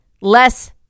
less